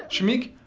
shameik,